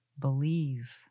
Believe